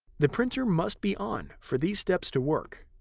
the printer must be on for these steps to work.